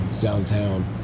downtown